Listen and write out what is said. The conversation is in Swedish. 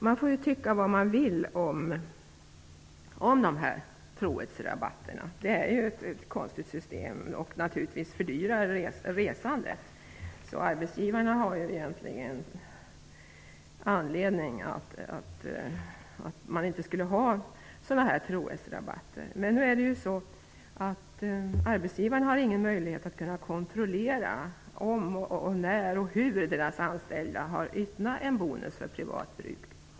Man får tycka vad man vill om dessa rabatter. Det är ju ett konstigt system som naturligtvis fördyrar resandet. Arbetsgivarna har egentligen anledning att tycka att sådana här trohetsrabatter inte borde finnas. De har ingen möjlighet att kunna kontrollera om, när och hur deras anställda har utnyttjat en bonus för privat bruk.